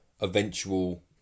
eventual